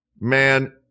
Man